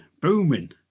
Booming